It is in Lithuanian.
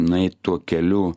nueit tuo keliu